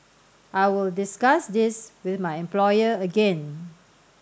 I will discuss this with my employer again